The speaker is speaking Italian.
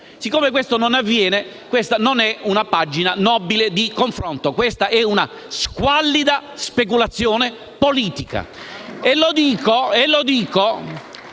Poiché ciò non avviene, questa non è una pagina nobile di confronto, ma una squallida speculazione politica.